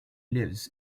lives